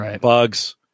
bugs